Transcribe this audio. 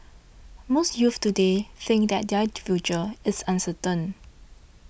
most youths today think that their future is uncertain